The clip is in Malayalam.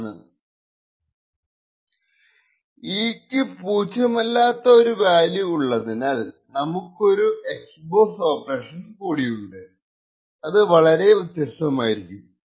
e ക്കു പൂജ്യമല്ലാത്ത ഒരു വാല്യൂ ഉള്ളതിനാൽ നമുക്കൊരു s box ഓപ്പറേഷൻ കൂടിയുണ്ട് അത് വളരെ വ്യത്യസ്തമായിരിക്കും